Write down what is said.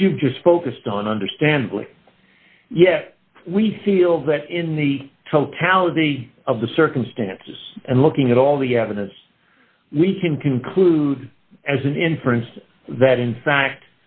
which you've just focused on understandably yet we feel that in the totality of the circumstances and looking at all the evidence we can conclude as an inference that in fact